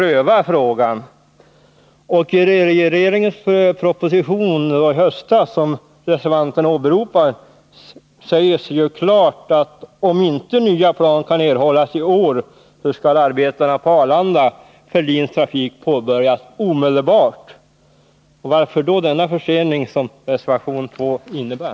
I regeringens proposition i höstas, som reservanterna åberopar, sades klart att om inte nya plan kan erhållas i år så skall arbetena på Arlanda för LIN:s trafik påbörjas omedelbart. Varför då den försening som reservation 2 innebär?